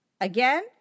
Again